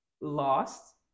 lost